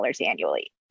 annually